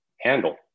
handle